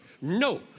No